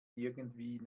irgendwie